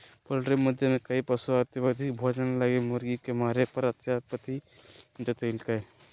poultry मुद्दे में कई पशु अधिवक्ता भोजन लगी मुर्गी के मारे पर आपत्ति जतैल्कय